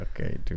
Okay